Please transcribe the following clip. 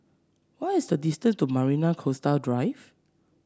what is the distance to Marina Coastal Drive